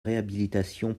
réhabilitation